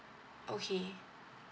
okay